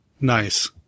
Nice